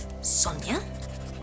Sonia